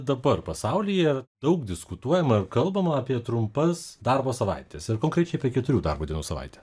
dabar pasaulyje daug diskutuojama kalbama apie trumpas darbo savaites ir konkrečiai apie keturių darbo dienų savaitę